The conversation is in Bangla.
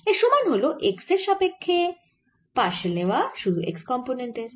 এর সমান হল x এর সাপেক্ষ্যে পারশিয়াল নেওয়া শুধু x কম্পোনেন্ট এর